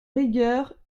rigueur